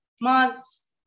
months